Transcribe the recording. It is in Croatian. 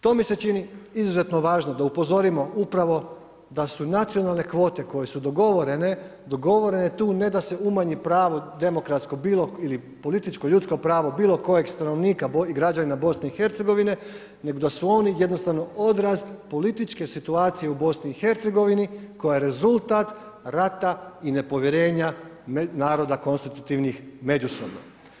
To mi se čini izuzetno važno da upozorimo upravo da su nacionalne kvote koje su dogovorene, dogovorene tu ne da se umanji pravo demokratsko ili političko ljudsko pravo bilo kojeg stanovnika i građanina BIH, nego da su oni jednostavno odraz političke situacije u BIH koja je rezultat rata i nepovjerenja naroda konstitutivnih međusobno.